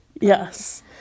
Yes